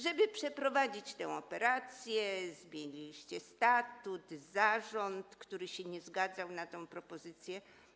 Żeby przeprowadzić tę operację, zmieniliście statut i zarząd, który się nie zgadzał na tę propozycję.